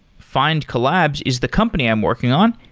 findcollabs is the company i'm working on.